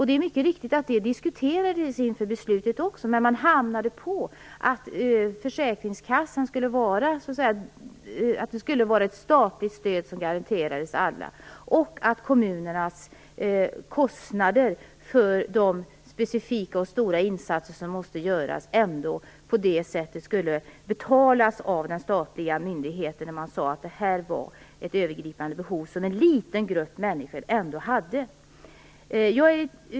Det är riktigt att det också diskuterades inför beslutet, men man kom fram till att det skulle vara ett statligt stöd som garanterades alla och att kommunernas kostnader för de specifika och stora insatser som måste göras skulle betalas av den statliga myndigheten. Man sade att detta var ett övergripande behov som en liten grupp människor hade.